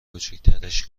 کوچیکترش